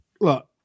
look